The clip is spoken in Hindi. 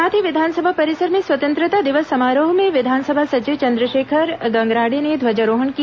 साथ ही विधानसभा परिसर में स्वतंत्रता दिवस समारोह में विधानसभा सचिव चन्द्रशेखर गंगराडे ने ध्वजारोहण किया